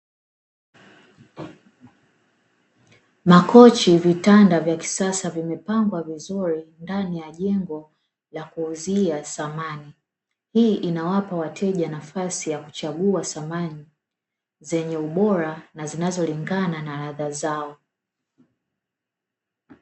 Makochi, vitanda vya kisasa vimepangwa vizuri ndani ya jengo la kuuzia samani, hii inawapa wateja nafasi ya kuchagua samani zenye ubora na zinazolingana na radha zao.